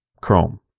Chrome